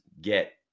get